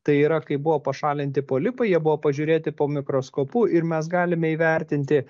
tai yra kai buvo pašalinti polipai jie buvo pažiūrėti po mikroskopu ir mes galime įvertinti